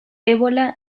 ébola